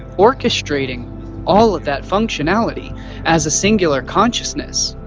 orchestrating all of that functionality as a singular consciousness.